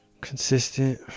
Consistent